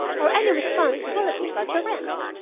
or any responsibility but the rent.